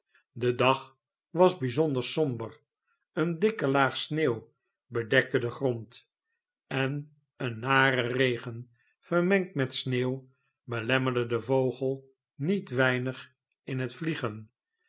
de dag was bijzonder somber eene dikke laag sneeuw bedekte den grond en een nare regen vermengd met sneeuw belemmerde den vogel niet weinig in het vliegen